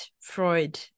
Freud